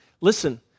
listen